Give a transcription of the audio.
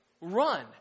run